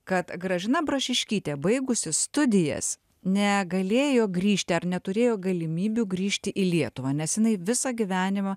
kad gražina brašiškytė baigusi studijas negalėjo grįžti ar neturėjo galimybių grįžti į lietuvą nes jinai visą gyvenimą